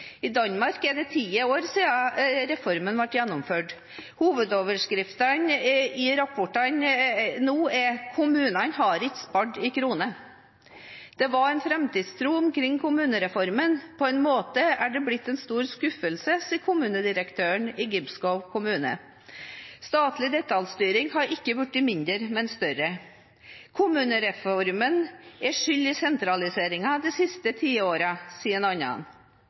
I Danmark er det ti år siden reformen ble gjennomført. Hovedoverskriftene i rapportene nå er at kommunene ikke har spart én krone. «Der var en fremtidstro omkring kommunalreformen. På den måde er det blevet en stor skuffelse.» Det sier kommunedirektøren i Gribskov kommune. Statlig detaljstyring har ikke blitt mindre, men større. En annen sier at kommunereformen er skyld i sentraliseringen de siste ti